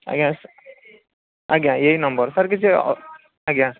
ଆଜ୍ଞା ଆଜ୍ଞା ଏଇ ନମ୍ୱର୍ ସାର୍ କିଛି ଆଜ୍ଞା